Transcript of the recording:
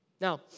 Now